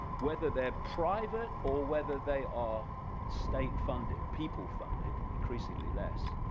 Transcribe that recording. whether they are private or whether they are state-funded, people funded increasingly less,